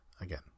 again